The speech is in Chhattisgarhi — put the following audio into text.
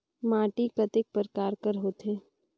माटी कतेक परकार कर होथे?